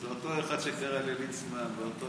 זה אותו אחד שקרא לליצמן ואותו